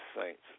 saints